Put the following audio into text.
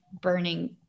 burning